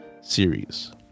series